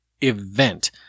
event